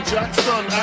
Jackson